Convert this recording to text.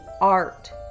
art